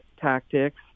tactics